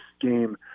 game